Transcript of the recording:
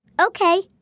Okay